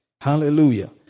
Hallelujah